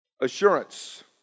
Assurance